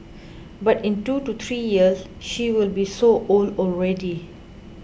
but in two to three years she will be so old already